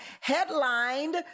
headlined